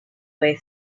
way